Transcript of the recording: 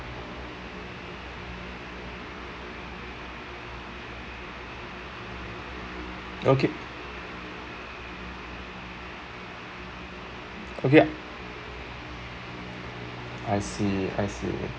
okay okay ya I see I see